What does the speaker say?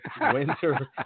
winter